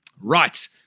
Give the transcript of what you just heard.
right